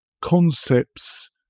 concepts